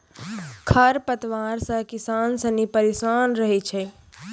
खरपतवार से किसान सनी परेशान रहै छै